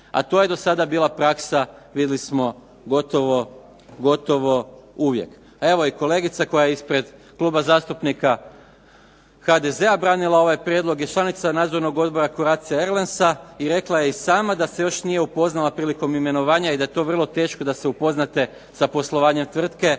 a to je do sada bila praksa vidli smo gotovo uvijek. Evo i kolegica koja je ispred Kluba zastupnika HDZ-a branila ovaj prijedlog je članica Nadzornog odbora "Croatia Airlinesa" i rekla je i sama da se još nije upoznala prilikom imenovanja i da je to vrlo teško da se upoznate sa poslovanjem tvrtke